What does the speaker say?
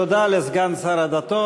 תודה לסגן שר הדתות.